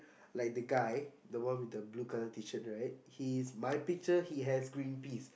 like the guy the one with the blue colour t-shirt he is my picture he has green peas